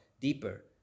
deeper